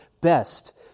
best